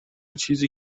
چیزی